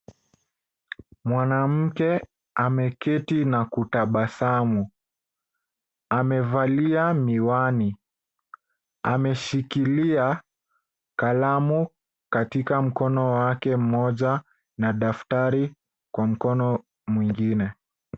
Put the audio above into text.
Mwanamke ameketi na kutabasamu. Amevalia miwani. Ameshikilia kalamu katika mkono wake mmoja na daftari kwa mkono mwingine.